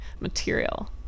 material